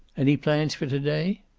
any plans for to-day?